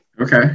Okay